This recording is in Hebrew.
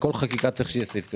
ובכל חקיקה צריך שיהיה סעיף כזה.